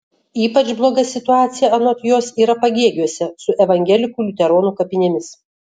ypač bloga situacija anot jos yra pagėgiuose su evangelikų liuteronų kapinėmis